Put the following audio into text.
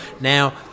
Now